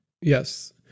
Yes